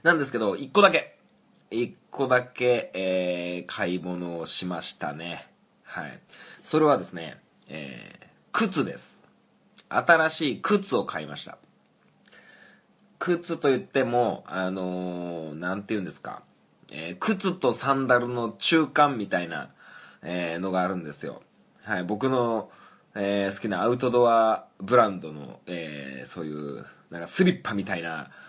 なんですけど、一個だけ。一個だけ、えー、買い物をしましたね。はい。それはですね、えー、靴です。新しい靴を買いました。靴と言っても、あのー、なんて言うんですか。えー、靴とサンダルの中間みたいな、えー、のがあるんですよ。はい。僕の、えー、好きなアウトドアブランドの、えー、そういう、なんかスリッパみたいな